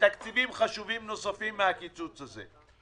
ותקציבים חשובים נוספים מהקיצוץ הזה.